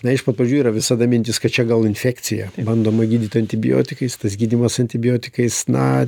na iš pat pradžių yra visada mintis kad čia gal infekcija bandoma gydyt antibiotikais tas gydymas antibiotikais na